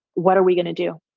what are we gonna do?